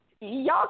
Y'all